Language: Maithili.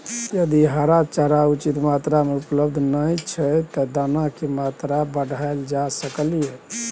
यदि हरा चारा उचित मात्रा में उपलब्ध नय छै ते दाना की मात्रा बढायल जा सकलिए?